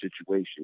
situation